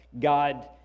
God